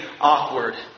awkward